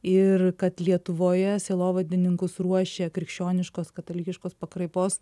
ir kad lietuvoje sielovadininkus ruošia krikščioniškos katalikiškos pakraipos